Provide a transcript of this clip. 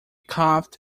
coughed